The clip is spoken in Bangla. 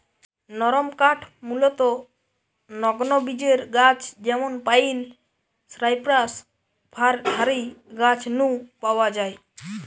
নরমকাঠ মূলতঃ নগ্নবীজের গাছ যেমন পাইন, সাইপ্রাস, ফার হারি গাছ নু পাওয়া যায়